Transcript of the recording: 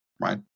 right